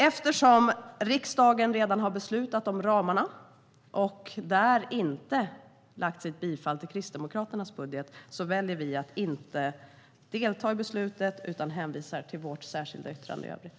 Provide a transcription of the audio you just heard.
Eftersom riksdagen redan har beslutat om ramarna och då inte bifallit Kristdemokraternas budgetförslag väljer vi att inte delta i beslutet utan hänvisar till vårt särskilda yttrande i övrigt.